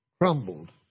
crumbled